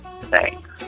thanks